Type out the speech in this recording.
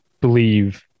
believe